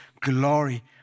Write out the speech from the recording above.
glory